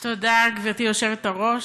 תודה, גברתי היושבת-ראש.